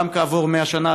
גם כעבור 100 שנה,